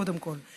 קודם כול.